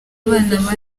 abana